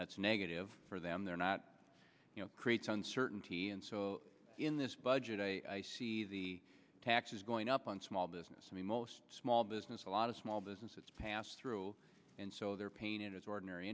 that's negative for them they're not you know creates uncertainty and so in this budget i see the taxes going up on small business i mean most small business a lot of small businesses pass through and so they're painted as ordinary